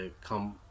come